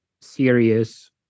serious